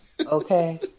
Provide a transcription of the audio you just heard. okay